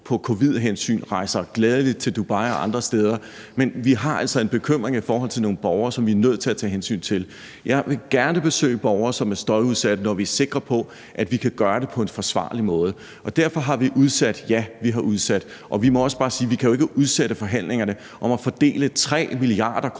på covid-19-hensyn og gladelig rejser til Dubai og andre steder, men vi har altså en bekymring i forhold til nogle borgere, som vi er nødt til at tage hensyn til. Jeg vil gerne besøge borgere, som er støjudsatte, når vi er sikre på, at vi kan gøre det på en forsvarlig måde. Og derfor har vi udsat det – ja, vi har udsat det. Og vi må også bare sige, at vi jo ikke kan udsætte forhandlingerne om at fordele 3 mia. kr.